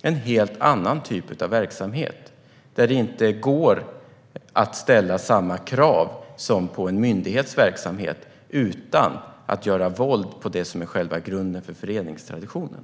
Det är en helt annan typ av verksamhet, där det inte går att ställa samma krav som på en myndighets verksamhet utan att göra våld på det som är själva grunden för föreningstraditionen.